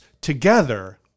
together